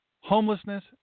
Homelessness